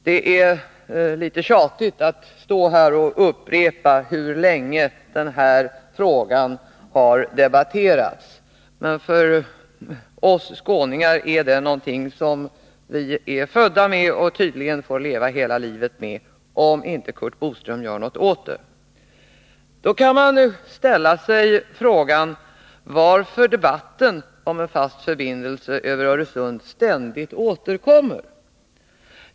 Det är litet tjatigt att stå här och upprepa hur länge denna fråga har debatterats. Sedan födseln är ju vi skåningar vana vid den diskussionen, och vi får tydligen leva hela livet med den om inte Boström gör något åt saken. Man kan ställa sig frågan: Varför återkommer ständigt debatten om fasta kommunikationer över Öresund?